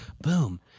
Boom